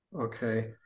okay